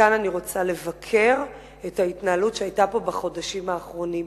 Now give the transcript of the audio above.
וכאן אני רוצה לבקר את ההתנהלות שהיתה כאן בחודשים האחרונים.